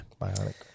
bionic